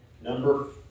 number